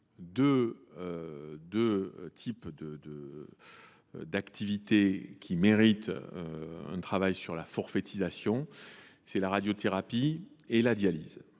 deux types d’activités qui méritent une réflexion sur la forfaitisation : la radiothérapie et la dialyse.